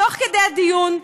תוך כדי דיון,